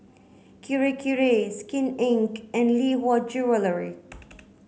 Kirei Kirei Skin Inc and Lee Hwa Jewellery